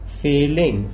failing